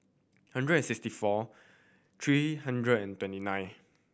hundred and sixty four three hundred and twenty nine